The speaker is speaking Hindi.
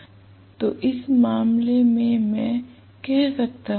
तो इस विशेष मामले में मैं कह सकता हूं